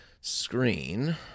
screen